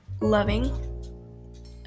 loving